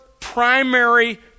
primary